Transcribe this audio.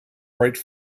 write